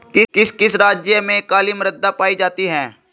किस किस राज्य में काली मृदा पाई जाती है?